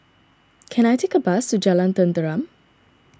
can I take a bus to Jalan Tenteram